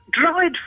dried